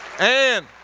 and